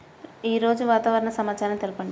ఈరోజు వాతావరణ సమాచారం తెలుపండి